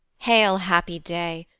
hail, happy day,